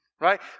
right